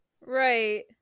right